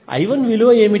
I1 విలువ ఏమిటి